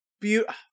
beautiful